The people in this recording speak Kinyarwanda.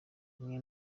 umwe